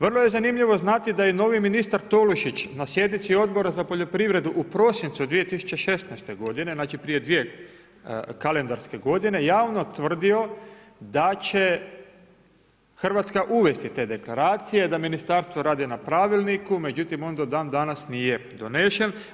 Vrlo je zanimljivo znati, da je novi ministar Tolušić, na sjednici Odbora za poljoprivredu u prosincu 2016.g. znači prije 2 kalendarske godine, javno tvrdio da će Hrvatska uvesti te deklaracije, da ministarstvo rade na pravilniku, međutim, on do dan danas nije donesen.